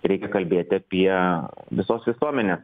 reikia kalbėti apie visos visuomenės